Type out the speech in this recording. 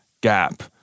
Gap